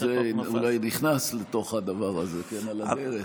גם זה אולי נכנס לתוך הדבר הזה על הדרך,